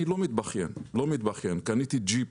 אני לא מתבכיין, קניתי ג'יפ